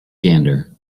gander